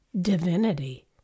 Divinity